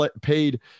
paid